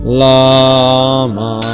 lama